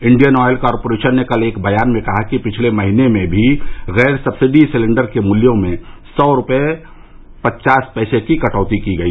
Indian Oil Corporation ने कल एक बयान में कहा कि पिछले महीने भी गैर सब्सिदी सिलेंडर के मूल्यों में सौ रुपए पचास पैसे की कटौती की गई